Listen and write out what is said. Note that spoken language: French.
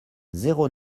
zéro